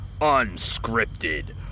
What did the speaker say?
unscripted